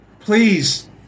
Please